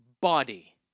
Body